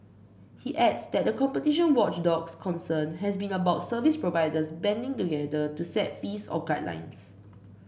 he adds that the competition watchdog's concern has been about service providers banding together to set fees or guidelines